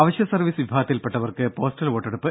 അവശ്യസർവീസ് വിഭാഗത്തിൽപ്പെട്ടവർക്ക് പോസ്റ്റൽ വോട്ടെടുപ്പ്